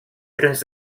tres